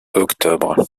octobre